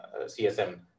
CSM